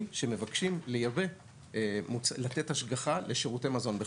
שמבקשים לתת השגחה לשירותי מזון בחו"ל.